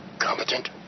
Competent